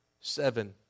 seven